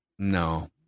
No